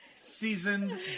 seasoned